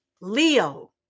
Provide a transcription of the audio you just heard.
Leo